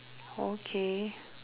okay